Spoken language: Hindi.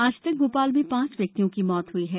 आज तक भोपाल में पांच व्यक्तियों की मौत हुई है